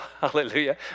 hallelujah